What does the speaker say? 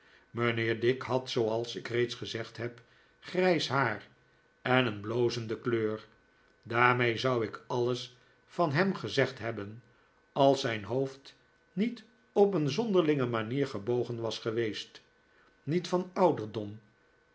mijnheer dick had zooals ik reeds gezegd heb grijs haar en een blozende kleur daarmee zou ik alles van hem gezegd hebhjen als zijn hoofd niet op een zonderlinge manier gebogen was geweest niet van ouderdom